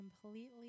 completely